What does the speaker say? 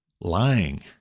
lying